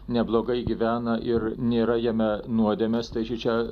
neblogai gyvena ir nėra jame nuodėmės tai šičia